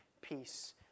peace